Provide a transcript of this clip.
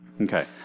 Okay